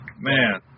man